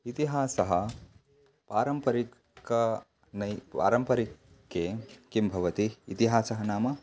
इतिहासः पारम्परिक नै पारम्परिके किं भवति इतिहासः नाम